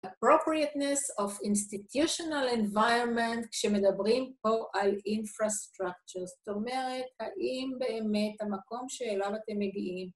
appropriateness of institutional environment, כשמדברים פה על infrastructures, זאת אומרת, האם באמת המקום שאליו אתם מגיעים